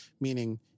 Meaning